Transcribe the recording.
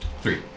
Three